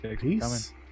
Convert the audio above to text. Peace